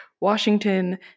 Washington